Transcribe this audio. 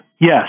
yes